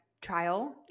trial